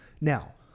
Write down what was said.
Now